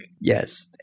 Yes